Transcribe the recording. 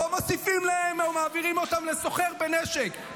לא מוסיפים להם או מעבירים אותם לסוחר בנשק.